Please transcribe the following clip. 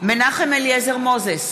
מנחם אליעזר מוזס,